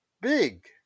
big